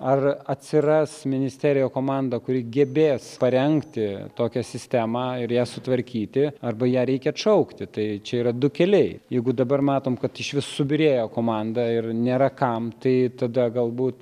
ar atsiras ministerijoj komanda kuri gebės parengti tokią sistemą ir ją sutvarkyti arba ją reikia atšaukti tai čia yra du keliai jeigu dabar matom kad išvis subyrėjo komanda ir nėra kam tai tada galbūt